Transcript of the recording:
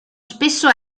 spesso